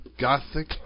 gothic